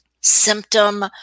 symptom